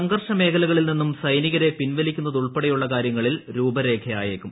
സംഘ്ലർഷ മേഖലകളിൽ നിന്നും സൈനികരെ പിൻവലിക്കുന്നതുൾപ്പെടെയുള്ള കാര്യങ്ങളിൽ രൂപരേഖയായേക്കും